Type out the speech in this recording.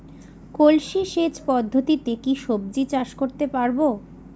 কলসি সেচ পদ্ধতিতে কি সবজি চাষ করতে পারব?